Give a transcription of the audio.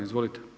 Izvolite.